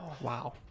Wow